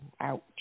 ouch